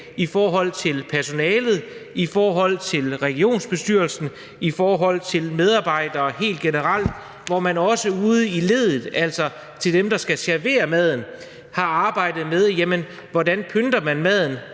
i forhold til personalet, i forhold til regionsbestyrelsen, i forhold til medarbejderne helt generelt, hvor man også ude i det sidste led, altså hos dem, der skal servere maden, har arbejdet med, hvordan man pynter maden